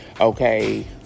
okay